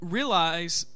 realize